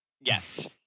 Yes